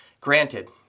Granted